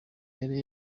yari